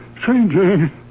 changing